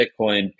Bitcoin